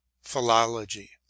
philology